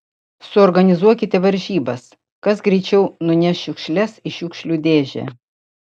suorganizuokite varžybas kas greičiau nuneš šiukšles į šiukšlių dėžę